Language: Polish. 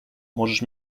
możesz